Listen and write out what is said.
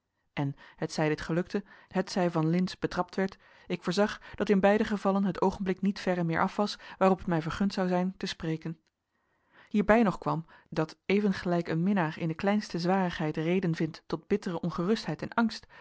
en hetzij dit gelukte hetzij van lintz betrapt werd ik voorzag dat in beide gevallen het oogenblik niet verre meer af was waarop het mij vergund zou zijn te spreken hierbij nog kwam dat even gelijk een minnaar in de kleinste zwarigheid reden vindt tot bittere ongerustheid en angst